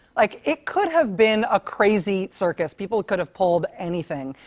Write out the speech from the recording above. like, it could have been a crazy circus. people could have pulled anything,